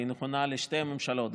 והיא נכונה לשתי הממשלות,